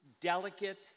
delicate